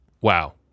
wow